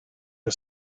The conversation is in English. her